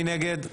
מי נגד?